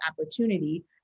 opportunity